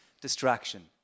distraction